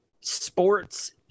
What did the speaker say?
sports